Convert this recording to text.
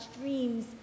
dreams